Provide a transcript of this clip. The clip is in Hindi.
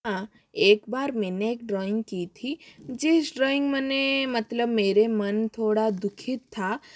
हाँ एक बार मैंने एक ड्रॉइंग की थी जिस ड्रॉइंग मने मतलब मेरे मन थोड़ा दुखी था